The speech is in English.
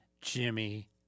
Jimmy